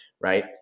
Right